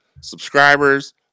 subscribers